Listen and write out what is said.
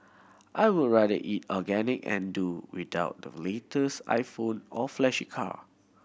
I would rather eat organic and do without the latest iPhone or flashy car